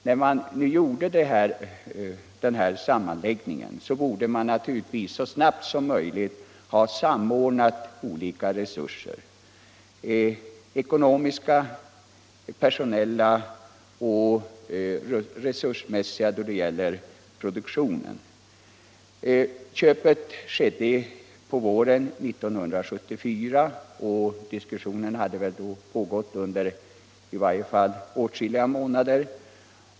När man gjorde sammanläggningen borde man naturligtvis så snabbt som möjligt ha samordnat olika resurser: ekonomiska, personella och produktionsmässiga. Man gjorde upp om köpet på våren 1974, och diskussionen hade väl då pågått i varje fall under åtskilliga månader.